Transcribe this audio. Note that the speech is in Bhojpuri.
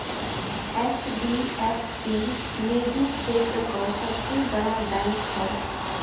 एच.डी.एफ.सी निजी क्षेत्र क सबसे बड़ा बैंक हौ